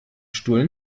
stuhl